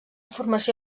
formació